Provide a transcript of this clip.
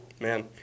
Man